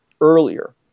earlier